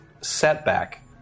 setback